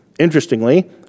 Interestingly